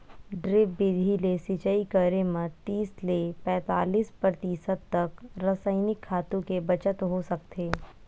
drip बिधि ले सिचई करे म तीस ले पैतालीस परतिसत तक रसइनिक खातू के बचत हो सकथे